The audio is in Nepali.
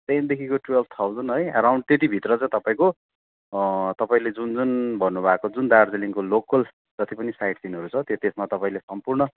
टेनदेखिको टुवेल्भ थाउजन है अराउन्ड त्यतिभित्र चाहिँ तपाईँको तपाईँले जुन जुन भन्नु भएको जुन दार्जिलिङको लोकल जति पनि साइट सिनहरू छ त्यो त्यस्मा तपाईँले सम्पूर्ण